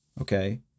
Okay